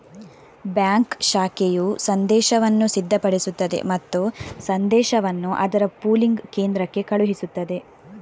bank ಶಾಖೆಯು ಸಂದೇಶವನ್ನು ಸಿದ್ಧಪಡಿಸುತ್ತದೆ ಮತ್ತು ಸಂದೇಶವನ್ನು ಅದರ ಪೂಲಿಂಗ್ ಕೇಂದ್ರಕ್ಕೆ ಕಳುಹಿಸುತ್ತದೆ